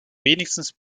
wenigstens